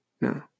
No